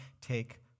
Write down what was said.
take